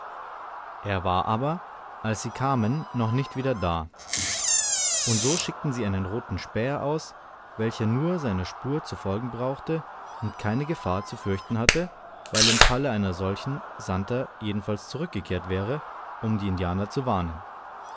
er war aber als sie kamen noch nicht wieder da und so schickten sie einen roten späher aus welcher nur seiner spur zu folgen brauchte und keine gefahr zu fürchten hatte weil im falle einer solchen santer jedenfalls zurückgekehrt wäre um die indianer zu warnen